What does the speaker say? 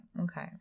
Okay